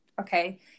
Okay